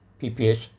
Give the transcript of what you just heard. PPH